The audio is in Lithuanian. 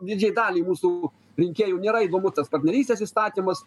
didžiajai daliai mūsų rinkėjų nėra įdomu tas partnerystės įstatymas